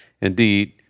Indeed